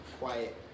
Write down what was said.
Quiet